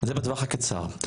זה בטווח הקצר.